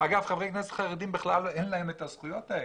אגב, לחברי כנסת חרדים אין בכלל את הזכויות האלה.